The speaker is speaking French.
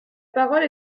parole